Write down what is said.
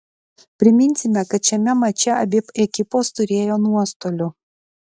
priminsime kad šiame mače abi ekipos turėjo nuostolių